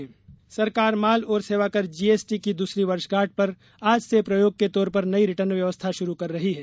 GST वर्षगांठ सरकार माल और सेवा कर जीएसटी की दूसरी वर्षगांठ पर आज से प्रयोग के तौर पर नई रिटर्न व्यवस्था शुरू कर रही है